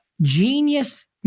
genius